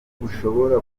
bushobora